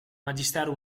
magistero